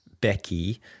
Becky